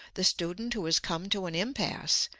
the student who has come to an impasse,